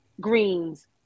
greens